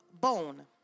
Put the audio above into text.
bone